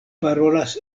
parolas